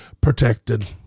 protected